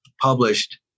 published